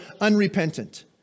unrepentant